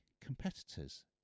competitors